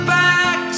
back